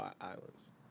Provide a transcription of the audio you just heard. islands